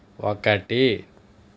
ఒకటి